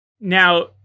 Now